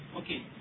Okay